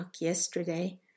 yesterday